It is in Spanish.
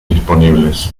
disponibles